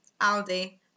Aldi